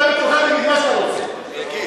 אתה בתורך תגיד מה שאתה רוצה, אני אגיד.